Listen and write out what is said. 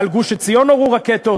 על גוש-עציון נורו רקטות,